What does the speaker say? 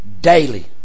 daily